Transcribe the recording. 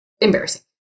embarrassing